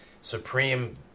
Supreme